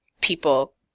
people